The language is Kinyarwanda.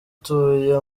atuye